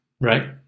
right